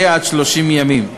תוקפו של הצו יהיה עד 30 ימים.